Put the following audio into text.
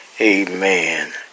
amen